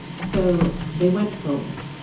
so they went forward.